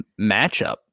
matchup